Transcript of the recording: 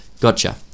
Gotcha